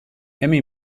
emmy